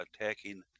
attacking